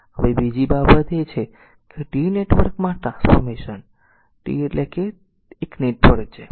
હવે બીજી બાબત એ છે કે T નેટવર્ક નું ટ્રાન્સફોર્મેશન T એટલે કે તે એક નેટવર્ક છે